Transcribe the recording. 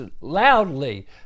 loudly